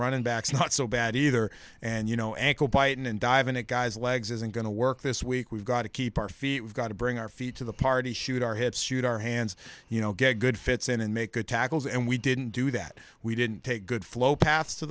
running backs not so bad either and you know ankle biting and diving it guys legs isn't going to work this week we've got to keep our feet we've got to bring our feet to the party shoot our heads shoot our hands you know get good fits in and make good tackles and we didn't do that we didn't take good flow paths to